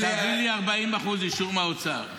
תביא לי 40% אישור מהאוצר.